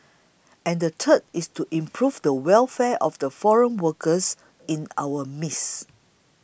and the third is to improve the welfare of the foreign workers in our midst